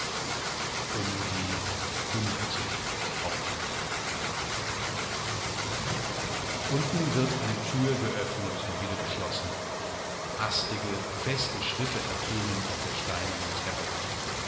um die fünfzig tropfen unten wird eine tür geöffnet und wieder geschlossen hastige feste tritte ertönen auf der steinernen treppe